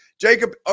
Jacob